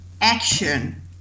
action